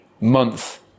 month